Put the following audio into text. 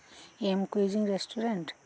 M cuisine restaurant